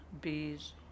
Bees